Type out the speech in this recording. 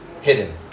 hidden